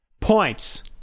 points